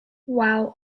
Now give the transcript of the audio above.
while